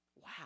Wow